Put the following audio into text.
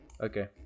Okay